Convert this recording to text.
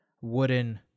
wooden